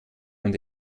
und